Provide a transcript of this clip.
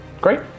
Great